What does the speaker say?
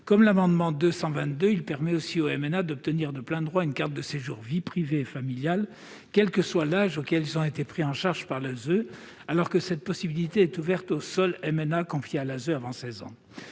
Comme l'amendement n° 222 rectifié, il permet aussi aux MNA d'obtenir de plein droit une carte de séjour « vie privée et familiale », quel que soit l'âge auquel ils ont été pris en charge par l'ASE, alors que cette possibilité est ouverte aux seuls MNA confiés à l'ASE avant 16 ans.